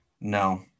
No